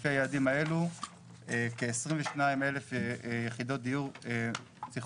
לפי היעדים האלה כ-22,000 יחידות דיור צריכות